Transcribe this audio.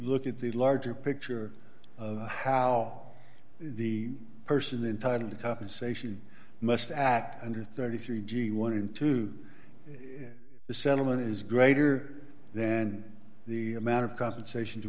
look at the larger picture of how the person entitle to compensation must act under thirty three g one into the settlement is greater then the amount of compensation